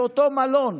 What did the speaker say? באותו מלון.